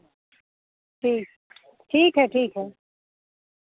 ठीक ठीक है ठीक है